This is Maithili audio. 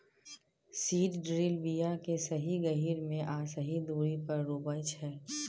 सीड ड्रील बीया केँ सही गहीर मे आ सही दुरी पर रोपय छै